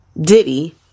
Diddy